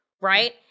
right